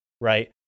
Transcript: right